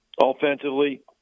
Offensively